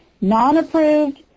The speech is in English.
non-approved